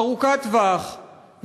ארוכת טווח,